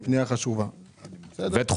היא פנייה חשובה ודחופה.